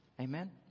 Amen